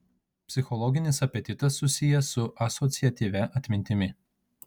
psichologinis apetitas susijęs su asociatyvia atmintimi